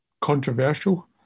controversial